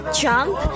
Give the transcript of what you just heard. jump